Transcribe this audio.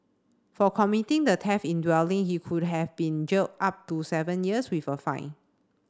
for committing the theft in dwelling he could have been jailed up to seven years with a fine